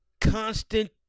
constant